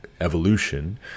evolution